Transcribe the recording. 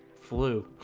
flu